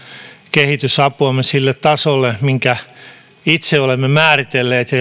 kehitysapuamme sille tasolle minkä itse olemme määritelleet ja